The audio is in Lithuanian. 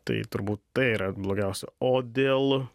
tai turbūt tai yra blogiausia o dėl